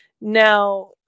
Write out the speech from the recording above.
Now